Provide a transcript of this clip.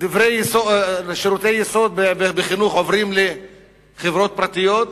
שירותי יסוד בחינוך עוברים לחברות פרטיות,